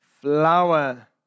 flower